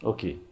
Okay